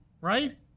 right